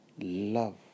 love